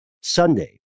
Sunday